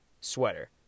sweater